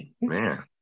man